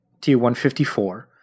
T-154